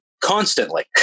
constantly